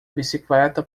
bicicleta